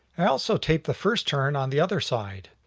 i also tape the first turn on the other side.